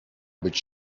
być